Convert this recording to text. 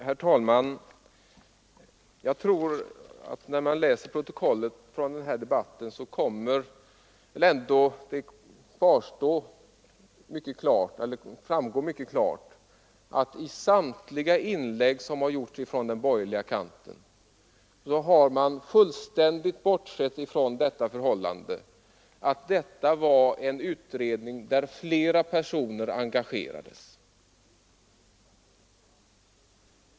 Herr talman! Jag tror att det när man läser protokollet från denna debatt ändå kommer att framgå mycket klart att talarna i samtliga inlägg som gjorts från den borgerliga sidan fullständigt bortsett från det förhållandet att det var fråga om en utredning där flera personer engagerades.